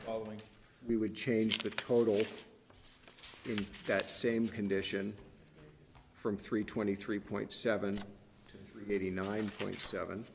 following we would change the total that same condition from three twenty three point seven to eighty nine point seven